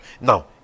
Now